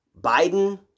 Biden